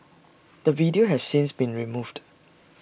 the video has since been removed